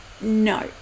No